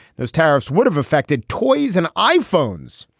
those tariffs would have affected toys and iphones.